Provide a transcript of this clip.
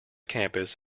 campus